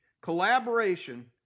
Collaboration